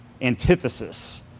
antithesis